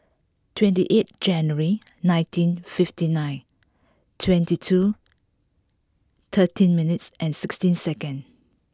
twenty eight January nineteen fifty nine twenty two thirteen minutes and sixteen second